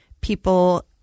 People